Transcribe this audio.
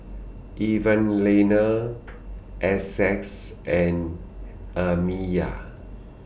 Evalena Essex and Amiya